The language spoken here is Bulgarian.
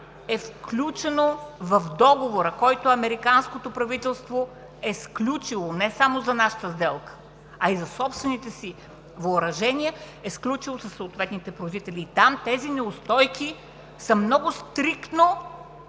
е включено в договора, който американското правителство е сключило не само за нашата сделка, а и за собствените си въоръжения е сключило със съответните производители. Там тези неустойки са много стриктно